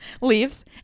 Leaves